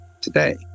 today